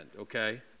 okay